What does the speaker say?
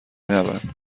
نبند